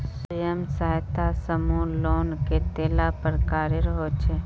स्वयं सहायता समूह लोन कतेला प्रकारेर होचे?